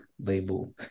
label